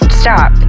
stop